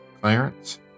Clarence